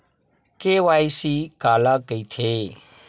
KYC काला कइथे?